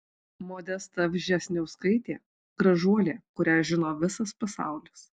modesta vžesniauskaitė gražuolė kurią žino visas pasaulis